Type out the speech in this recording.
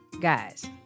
guys